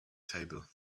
table